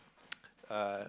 uh